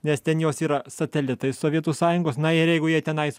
nes ten jos yra satelitai sovietų sąjungos na ir jeigu jie tenai